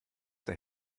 der